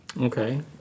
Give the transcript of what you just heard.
Okay